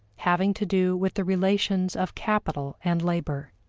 having to do with the relations of capital and labor.